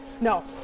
No